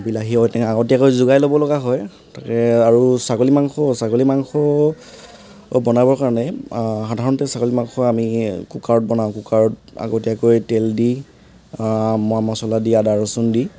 বিলাহী ঔটেঙা আগতীয়াকৈ যোগাৰ ল'ব লগা হয় আৰু তাকে ছাগলী মাংস ছাগলী মাংস বনাবৰ কাৰণে সাধাৰণতে ছাগলী মাংস আমি কুকাৰত বনাওঁ কুকাৰত আগতীয়াকৈ তেল দি মা মচলা দি আদা ৰচোন দি